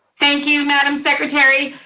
thank you, madam secretary.